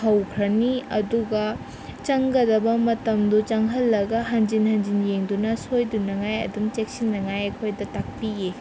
ꯍꯧꯈ꯭ꯔꯅꯤ ꯑꯗꯨꯒ ꯆꯪꯒꯗꯕ ꯃꯇꯝꯗꯨ ꯆꯪꯍꯜꯂꯒ ꯍꯟꯖꯤꯟ ꯍꯟꯖꯤꯟ ꯌꯦꯡꯗꯨꯅ ꯁꯣꯏꯗꯅꯉꯥꯏ ꯑꯗꯨꯝ ꯆꯦꯛꯁꯤꯟꯅꯉꯥꯏ ꯑꯩꯈꯣꯏꯗ ꯇꯥꯛꯄꯤꯌꯦ